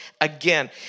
again